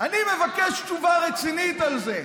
אני מבקש תשובה רצינית על זה,